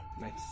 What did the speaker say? Nice